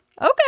Okay